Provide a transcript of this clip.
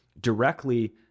directly